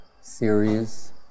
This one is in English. series